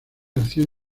acción